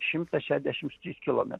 šimtas šešiasdešim trys kilometrai